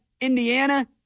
Indiana